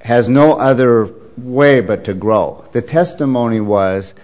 has no other way but to grow the testimony was